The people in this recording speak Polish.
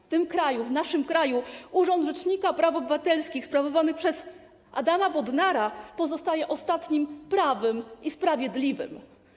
W tym kraju, w naszym kraju urząd rzecznika praw obywatelskich sprawowany przez Adama Bodnara pozostaje ostatnim prawym i sprawiedliwym.